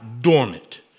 dormant